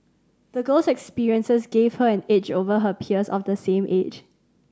the girl's experiences gave her an edge over her peers of the same age